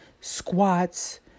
squats